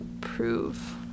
prove